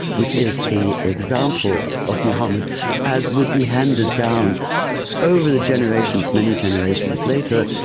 which is the example of muhammad as would be handed down over the generations, many generations later,